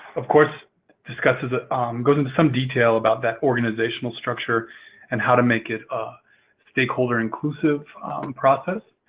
of course discusses ah goes into some detail about that organizational structure and how to make it a stakeholder-inclusive process.